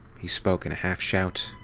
he spoke in a half shout.